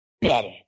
Better